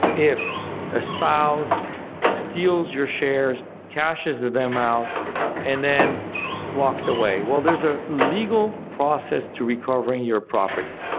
if a spouse steals your shares, cashes them out and then walks away, well there's a legal process to recovering your property.